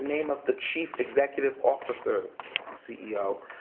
name of the chief executive officer or ceo,